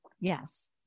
Yes